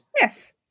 yes